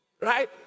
right